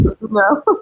no